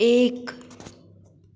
एक